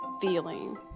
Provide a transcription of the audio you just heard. feeling